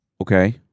Okay